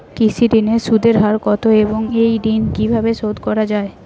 কৃষি ঋণের সুদের হার কত এবং এই ঋণ কীভাবে শোধ করা য়ায়?